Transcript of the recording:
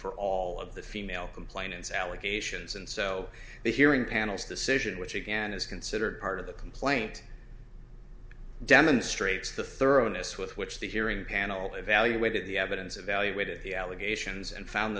for all of the female complainants allegations and so the hearing panel's decision which again is considered part of the complaint it demonstrates the thoroughness with which the hearing panel evaluated the evidence evaluated the allegations and found